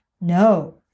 No